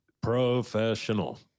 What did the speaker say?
Professional